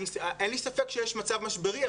אין לי ספק שיש מצב משברי.